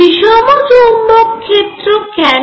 বিষম চৌম্বক ক্ষেত্র কেন